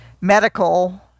medical